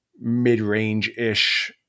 mid-range-ish